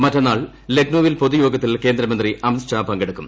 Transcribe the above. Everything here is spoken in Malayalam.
മറ്റന്നാൾ ലക്നൌവിൽ പൊതുയോഗത്തിൽ കേന്ദ്രമന്ത്രി അമിത്ഷാ പങ്കെടുക്കും